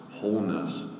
wholeness